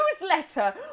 newsletter